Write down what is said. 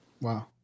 Wow